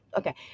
okay